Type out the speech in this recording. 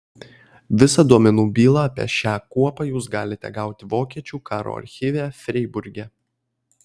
visą duomenų bylą apie šią kuopą jūs galite gauti vokiečių karo archyve freiburge